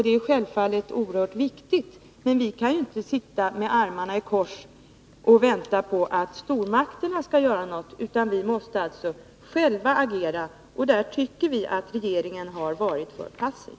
Det är självfallet oerhört viktigt, men vi kan ju inte sitta med armarna i kors och vänta på att stormakterna skall göra något, utan vi måste själva agera. I det avseendet tycker vi att regeringen varit för passiv.